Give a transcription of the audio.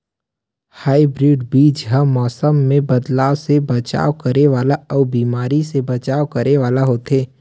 hybrid बीज हा मौसम मे बदलाव से बचाव करने वाला अउ बीमारी से बचाव करने वाला होथे